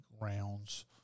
rounds